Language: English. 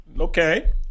Okay